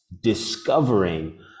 discovering